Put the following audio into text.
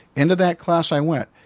into that class i went.